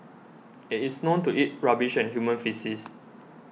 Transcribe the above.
it is known to eat rubbish and human faeces